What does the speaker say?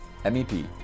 MEP